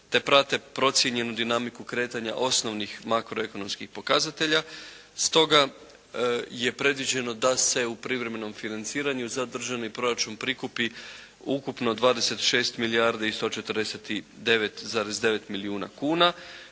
te prate procijenjenu dinamiku kretanja osnovnih makroekonomskih pokazatelja. Stoga je predviđeno da se u privremenom financiranju za državni proračun prikupi ukupno 26 milijardi i 149, 9 milijuna kuna,